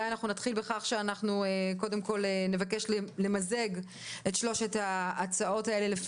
נתחיל בכך שקודם כול נבקש למזג את שלוש ההצעות הללו,